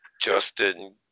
Justin